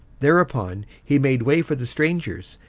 thereupon he made way for the strangers,